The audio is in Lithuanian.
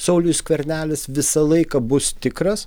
saulius skvernelis visą laiką bus tikras